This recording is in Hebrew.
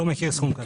לא מכיר סכום כזה.